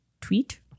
tweet